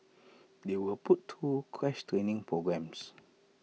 they were put through crash training programmes